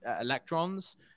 electrons